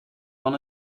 van